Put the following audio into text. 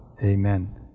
Amen